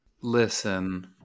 Listen